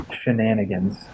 Shenanigans